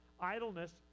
Idleness